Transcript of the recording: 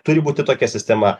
turi būti tokia sistema